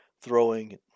throwing